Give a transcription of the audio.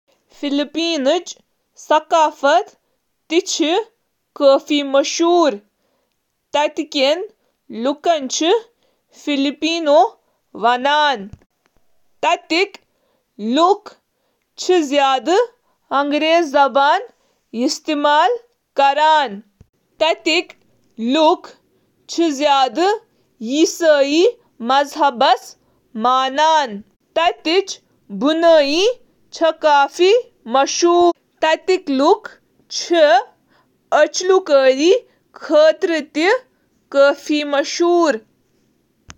Philippines چُھ اکھ بھرپور ثقافت وول ملک یُس مختلف ذرائعو سۭتۍ متٲثر چُھ، بشمول فلپائنی تہٕ ہسپانوی کیتھولک روایات، امریکہ تہٕ ایشیاہک کنہہ حصہٕ۔ فلپائنس منٛز چھ کینٛہہ اہم مقبول ثقافتک زمرن ہنٛز شناخت تفریح، کھیل، سیاست، فیشن تہٕ مہمان نوازی کس طورس پیٚٹھ کرنہٕ یوان۔